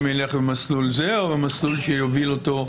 ילך למסלול זה או למסלול שיוביל אותו,